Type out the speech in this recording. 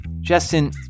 Justin